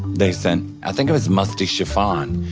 they sent, i think it was musty chiffon,